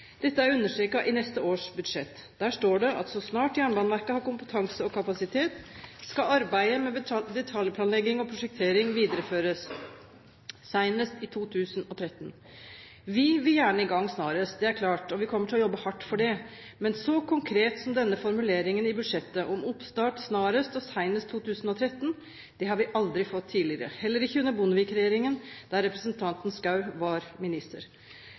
Dette er understreket i neste års budsjett. Der står det at så snart Jernbaneverket har kompetanse og kapasitet, skal arbeidet med detaljplanlegging og prosjektering videreføres, senest i 2013. Vi vil gjerne i gang snarest – det er klart – og vi kommer til å jobbe hardt for det. Men så konkret som denne formuleringen i budsjettet, om oppstart snarest og senest 2013, har vi aldri fått tidligere, heller ikke under Bondevik-regjeringen, der representanten Schou var minister.